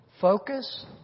Focus